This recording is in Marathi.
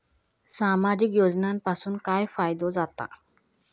सामाजिक योजनांपासून काय फायदो जाता?